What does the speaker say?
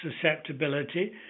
susceptibility